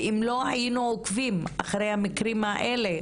ואם לא היינו עוקבים אחרי המקרים האלה,